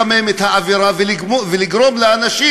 אבל זה רק לחמם את האווירה ולגרום לאנשים